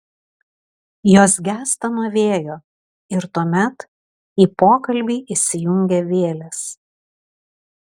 jos gęsta nuo vėjo ir tuomet į pokalbį įsijungia vėlės